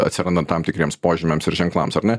atsirandant tam tikriems požymiams ir ženklams ar ne